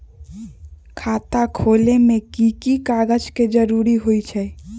खाता खोले में कि की कागज के जरूरी होई छइ?